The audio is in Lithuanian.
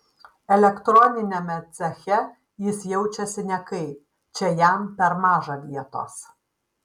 elektroniniame ceche jis jaučiasi nekaip čia jam per maža vietos